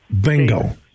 Bingo